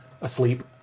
asleep